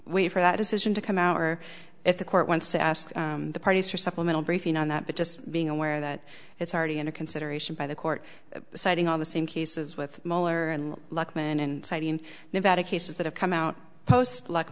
wait for that decision to come out or if the court wants to ask the parties for supplemental briefing on that but just being aware that it's already in a consideration by the court citing all the same cases with muller and lukman and citing nevada cases that have come out post l